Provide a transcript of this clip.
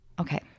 Okay